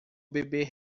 bebê